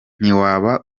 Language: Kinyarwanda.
ntiwaba